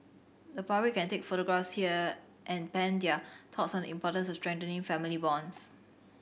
the public can take photographs there and pen their thoughts on the importance of strengthening family bonds